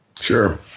Sure